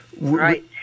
Right